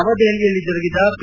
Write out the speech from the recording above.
ನವದೆಹಲಿಯಲ್ಲಿ ಜರುಗಿದ ಪಿ